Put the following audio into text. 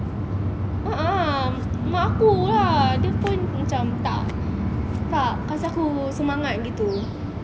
a'ah mak aku lah dia pun macam tak tak kasi aku semangat gitu